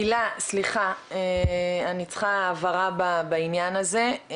הילה, סליחה, אני צריכה הבהרה בעניין הזה.